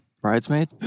Bridesmaid